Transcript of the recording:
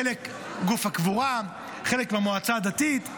חלק בגוף הקבורה, חלק למועצה הדתית.